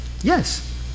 yes